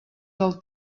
del